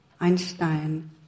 Einstein